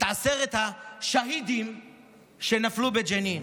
על עשרת השהידים שנפלו בג'נין.